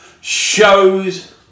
shows